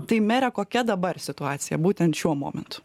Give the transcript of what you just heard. tai mere kokia dabar situacija būtent šiuo momentu